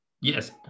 Yes